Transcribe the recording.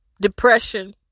depression